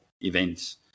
events